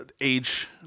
Age